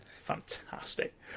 fantastic